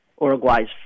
Uruguay's